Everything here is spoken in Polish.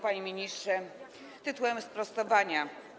Panie ministrze, tytułem sprostowania.